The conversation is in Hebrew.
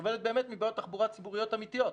וסובלת באמת מבעיות תחבורה ציבוריות אמיתיות,